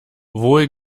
wohl